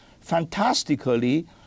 fantastically